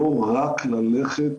לא רק ללכת